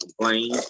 complain